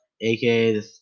aka